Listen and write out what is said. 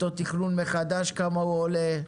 אותו תכנון מחדש כמה הוא עולה,